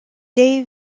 day